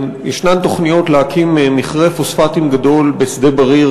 יש תוכניות להקים מכרה פוספטים גדול בשדה-בריר,